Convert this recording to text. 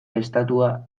estatua